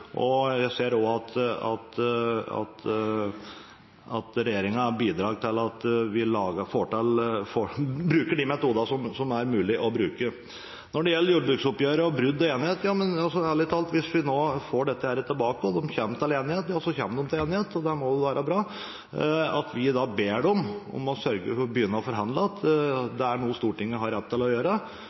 tror jeg de klarer på en utmerket måte, for nå har de fått det de trenger for å klare det. Jeg ser også at regjeringen bruker de metodene som det er mulig å bruke. Når det gjelder jordbruksoppgjøret og brudd og enighet: Ærlig talt, hvis vi nå får dette tilbake og de kommer til enighet, da kommer de til enighet, og det må vel være bra. At vi ber dem om å begynne å forhandle igjen, er noe Stortinget har rett til å gjøre,